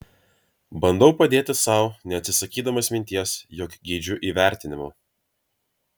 bandau padėti sau neatsisakydamas minties jog geidžiu įvertinimo